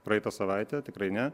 praeitą savaitę tikrai ne